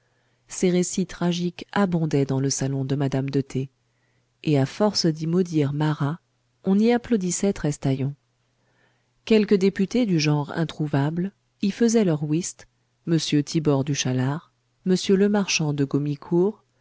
ces récits tragiques abondaient dans le salon de madame de t et à force d'y maudire marat on y applaudissait trestaillon quelques députés du genre introuvable y faisaient leur whist m thibord du chalard m lemarchant de